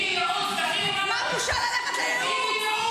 תלכי לייעוץ --- מה הבושה ללכת לייעוץ?